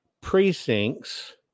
precincts